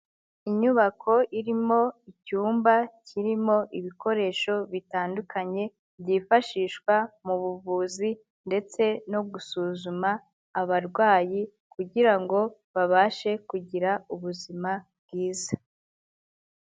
Inyubako irimo icyumba kirimo ibikoresho bitandukanye byifashishwa mu buvuzi ndetse no gusuzuma abarwayi kugira ngo babashe kugira ubuzima bwiza.